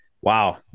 Wow